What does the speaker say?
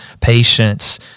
patience